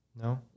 No